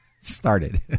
started